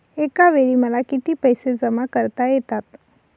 एकावेळी मला किती पैसे जमा करता येतात?